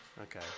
Okay